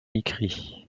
écrit